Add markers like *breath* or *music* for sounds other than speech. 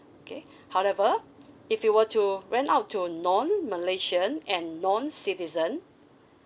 okay *breath* however if you were to rent out to non malaysian and non citizen